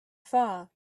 far